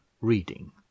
reading